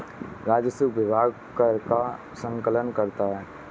राजस्व विभाग कर का संकलन करता है